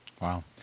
Wow